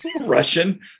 Russian